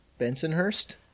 Bensonhurst